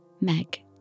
Meg